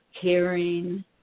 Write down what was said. caring